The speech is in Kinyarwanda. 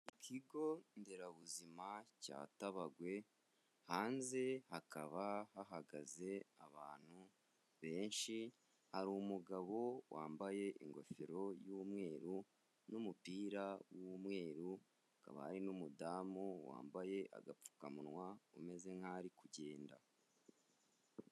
Ikigo nderabuzima cya Tabagwe hanze hakaba hahagaze abantu benshi harimu umugabo wambaye ingofero y'umweru n' numupira w'umweru, hakaba hari n'umudamu wambaye agapfukamunwa umeze nk'aho ari kugenda.